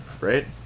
right